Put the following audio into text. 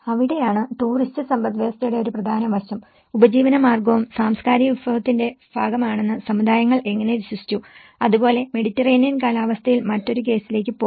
അവിടെയാണ് ടൂറിസ്റ്റ് സമ്പദ്വ്യവസ്ഥയുടെ ഒരു പ്രധാന വശം ഉപജീവനമാർഗവും സാംസ്കാരിക വിഭവത്തിന്റെ ഭാഗമാണെന്ന് സമുദായങ്ങൾ എങ്ങനെ വിശ്വസിച്ചു അതുപോലെ മെഡിറ്ററേനിയൻ കാലാവസ്ഥയിൽ മറ്റൊരു കേസിലേക്ക് പോകും